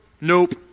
nope